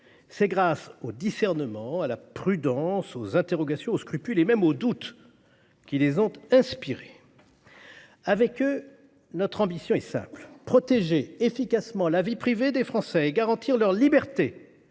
c'est grâce au discernement, à la prudence, aux interrogations, aux scrupules et même aux doutes qui les ont inspirés. Avec eux, notre ambition est simple : protéger efficacement la vie privée des Français et garantir leurs libertés,